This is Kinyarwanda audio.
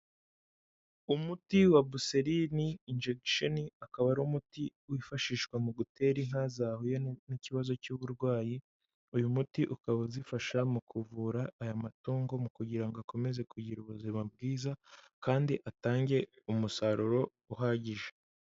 Umuti wa Buserini injekisheni akaba ari umuti wifashishwa mu gutera inka zahuye n'ikibazo cy'uburwayi, uyu muti ukaba uzifasha mu kuvura aya matungo, mu kugira ngo akomeze kugira ubuzima bwiza, kandi atange umusaruro uhagije.